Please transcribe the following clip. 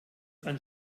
ein